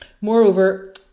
Moreover